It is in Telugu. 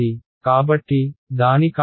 కాబట్టి దాని కాంట్రిబ్యూషన్ మరొక h2